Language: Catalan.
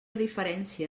diferència